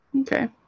okay